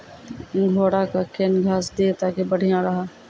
घोड़ा का केन घास दिए ताकि बढ़िया रहा?